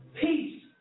Peace